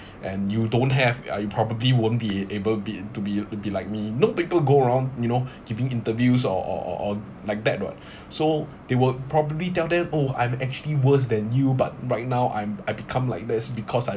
and you don't have ah you probably won't be able be to be to be like me know people go around you know giving interviews or or or or like that [what] so they would probably tell them oh I'm actually worse than you but right now I'm I become like this because I